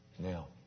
Now